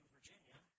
Virginia